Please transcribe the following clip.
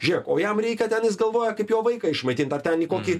žiūrėk o jam reikia ten jis galvoja kaip jo vaiką išmaitint ar ten į kokį